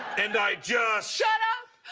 and i just shut up.